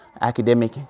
academic